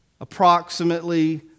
Approximately